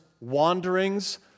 wanderings